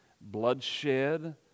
bloodshed